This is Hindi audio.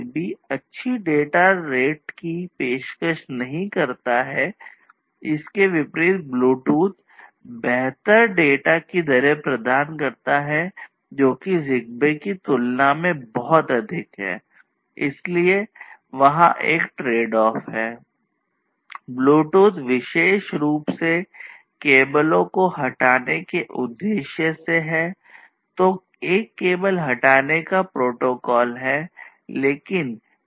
ब्लूटूथ विशेष रूप से केबलों में एक दूसरे से जुड़ सकते हैं